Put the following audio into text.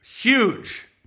huge